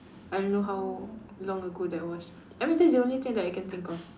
I don't know how long ago that was I mean that's the only thing that I can think of